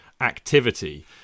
activity